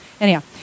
Anyhow